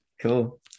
Cool